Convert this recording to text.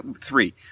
Three